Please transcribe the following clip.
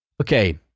Okay